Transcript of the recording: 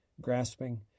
grasping